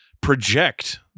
project